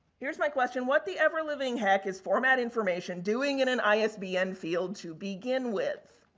here's my question. what the ever living heck is format information doing in an isbn field to begin with?